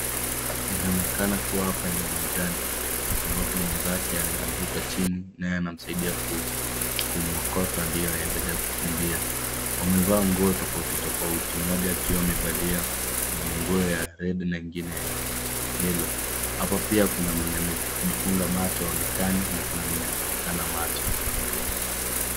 Inaonekana kuwa hapa ni uwanjani ambapo mwenzake ameanguka chini naye anamsaidia kumwokota ndio aendelee kukimbia. Wamevaa nguo tofauti tofauti. Moja akiwa amevalia nguo ya red na ingine ya yellow . Hapa pia kuna mwenye amejifunga macho haonekani na kuna mwenye anaonekana macho.